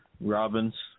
robins